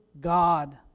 God